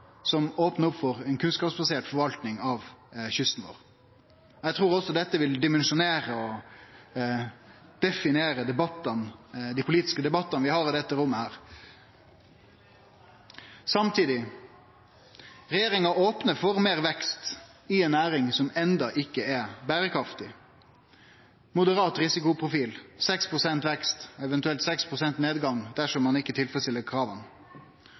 som opnar opp for ei kunnskapsbasert forvalting av kysten vår. Eg trur også dette vil dimensjonere og definere dei politiske debattane vi har i dette rommet. Samtidig opnar regjeringa for meir vekst i ei næring som enno ikkje er berekraftig: moderat risikoprofil, 6 pst. vekst, eventuelt 6 pst. nedgang dersom ein ikkje tilfredsstiller krava.